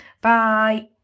Bye